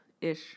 ish